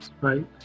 right